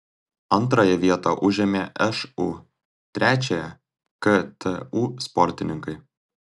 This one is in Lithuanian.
antrąją vietą užėmė šu trečiąją ktu sportininkai